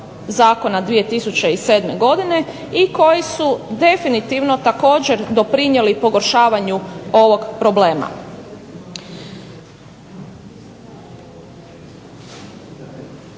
zakona 2007. godine i koji su definitivno također doprinijeli pogoršavanju ovog problema.